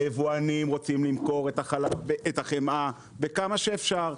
היבואנים רוצים למכור את החמאה בכמה שאפשר.